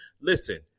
Listen